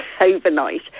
overnight